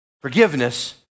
Forgiveness